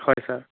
হয় ছাৰ